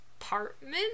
apartment